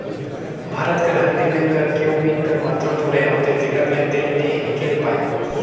भारत कर हरदी में करक्यूमिन कर मातरा थोरहें होथे तेकर ले तेल नी हिंकेल पाए